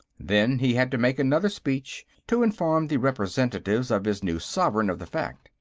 then he had to make another speech, to inform the representatives of his new sovereign of the fact.